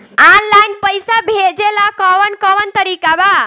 Online पइसा भेजेला कवन कवन तरीका बा?